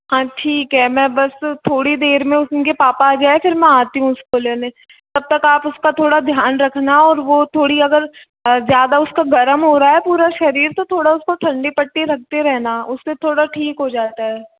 हाँ ठीक है मैं बस थोड़ी देर में उनके पापा आ गया है फिर मैं आती हूँ उसको लेने तब तक आप उसका थोड़ा ध्यान रखना और वो थोड़ी अगर ज़्यादा उसका गर्म हो रहा है पूरा शरीर तो थोड़ा उसको ठंडी पट्टी रखते रहना उसमें थोड़ा ठीक हो जाता है